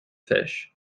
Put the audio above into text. fish